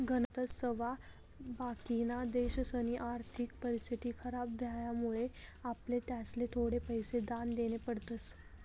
गणकच सावा बाकिना देशसनी आर्थिक परिस्थिती खराब व्हवामुळे आपले त्यासले थोडा पैसा दान देना पडतस